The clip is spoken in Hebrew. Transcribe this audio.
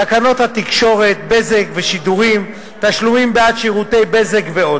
תקנות התקשורת (בזק ושידורים) (תשלומים בעד שירותי בזק) ועוד.